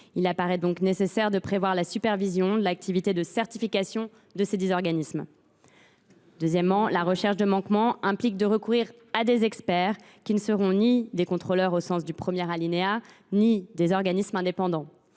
Il apparaît donc nécessaire de prévoir la supervision de l’activité de certification desdits organismes. En outre, la recherche de manquements implique de recourir à des experts qui ne seront ni des contrôleurs au sens du premier alinéa ni des organismes indépendants.